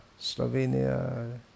Slovenia